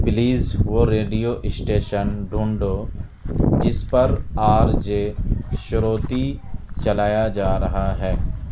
please وہ radio station ڈھونڈو جس پر آر جے شروتی چلایا جا رہا ہے